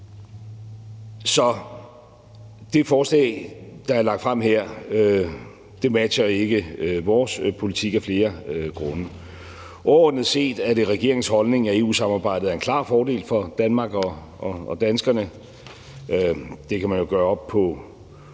Så det forslag, der er lagt frem, matcher ikke vores politik af flere grunde. Overordnet set er det regeringens holdning, at EU-samarbejdet er en klar fordel for Danmark og danskerne. Det kan man jo gøre op på